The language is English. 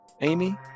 Amy